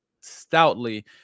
stoutly